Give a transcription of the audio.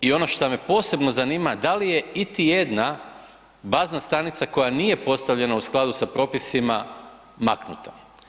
I ono šta me posebno zanima, da li je iti jedna bazna stanica koja nije postavljena u skladu sa propisima maknuta?